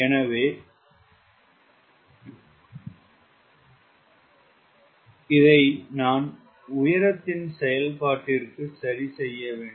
எனவே 𝜌 இதை நான் உயரத்தின் செயல்பாட்டிற்கு சரிசெய்ய வேண்டும்